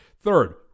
Third